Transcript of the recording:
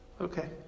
Okay